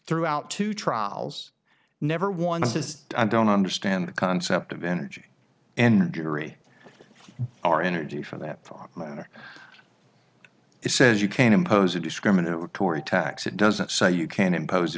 throughout two trials never once is i don't understand the concept of energy and theory are energy for that matter it says you can't impose a discriminatory tax it doesn't say you can impose a